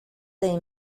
they